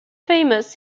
famous